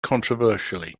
controversially